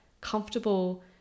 comfortable